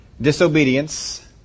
Disobedience